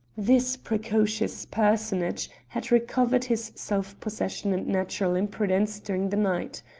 this precocious personage had recovered his self-possession and natural impudence during the night.